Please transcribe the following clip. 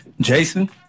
Jason